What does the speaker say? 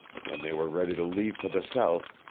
when they were ready to leave for the south,